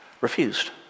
refused